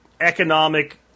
economic